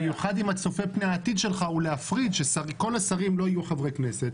במיוחד אם הצופה פני עתיד שלך הוא להפריד שכל השרים לא יהיו חברי כנסת.